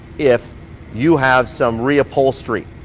if you have some rhea pole street